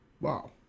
Wow